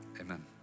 amen